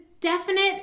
definite